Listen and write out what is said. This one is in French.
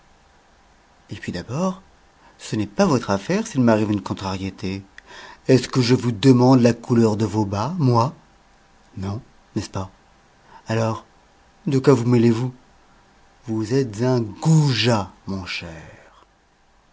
et puis d'abord ce n'est pas votre affaire s'il m'arrive une contrariété est-ce que je vous demande la couleur de vos bas moi non n'est-ce pas alors de quoi vous mêlez-vous vous êtes un goujat mon cher